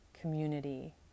community